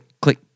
click